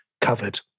covered